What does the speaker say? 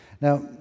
Now